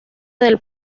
del